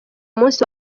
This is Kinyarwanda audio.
musi